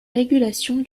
régulation